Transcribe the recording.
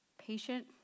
Patient